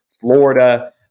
Florida